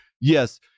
Yes